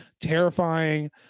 terrifying